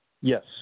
Yes